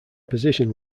position